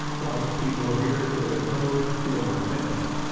well these people here the abode they're my family.